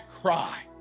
cry